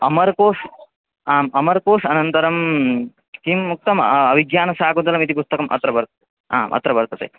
अमरकोषः आम् अमरकोषः अनन्तरं किम् उक्तम् अभिज्ञानशाकुन्तलम् इति पुस्तकम् अत्र वर्त्ते अत्र वर्तते